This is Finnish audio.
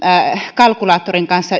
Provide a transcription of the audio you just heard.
kalkulaattorin kanssa